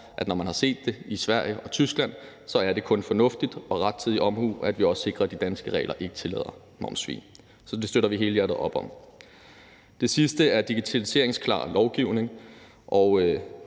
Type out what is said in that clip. at når man har set det i Sverige og Tyskland, er det kun fornuftigt og rettidig omhu, at vi også sikrer, at de danske regler ikke tillader momssvig. Så det støtter vi helhjertet op om. Det sidste er digitaliseringsklar lovgivning,